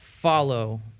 Follow